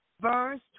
verse